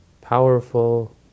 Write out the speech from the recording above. powerful